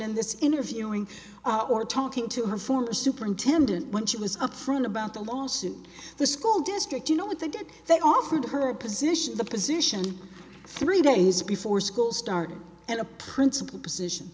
in this interviewing or talking to her former superintendent when she was up front about the lawsuit the school district you know what they did they offered her a position the position three days before school started and a principal position